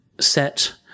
set